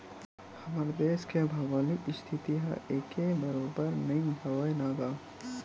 हमर देस के भउगोलिक इस्थिति ह एके बरोबर नइ हवय न गा